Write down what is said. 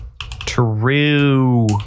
True